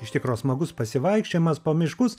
iš tikro smagus pasivaikščiojimas po miškus